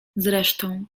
zresztą